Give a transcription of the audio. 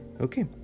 Okay